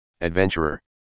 adventurer